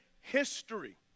history